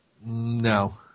No